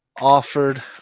Offered